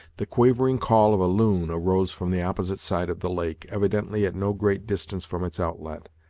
the quavering call of a loon arose from the opposite side of the lake, evidently at no great distance from its outlet.